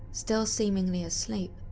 still seemingly asleep,